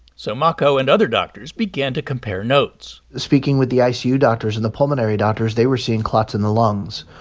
so mocco and other doctors began to compare notes speaking with the icu doctors and the pulmonary doctors, they were seeing clots in the lungs.